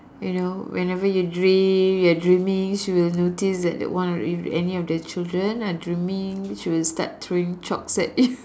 you know whenever you dream you are dreaming she will notice that one if any of the children are dreaming she will start throwing chalks at you